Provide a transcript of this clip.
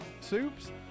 soups